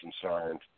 concerned